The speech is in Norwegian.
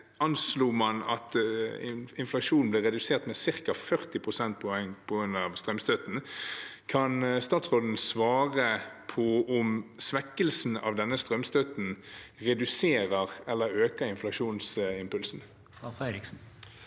anslo man at inflasjonen ble redusert med ca. 40 prosentpoeng på grunn av strømstøtten. Kan statsråden svare på om svekkelsen av strømstøtten reduserer eller øker inflasjonsimpulsen? Statsråd